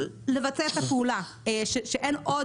לבצע את הפעולה על גבי השוואת המחירים.